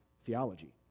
theology